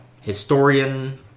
historian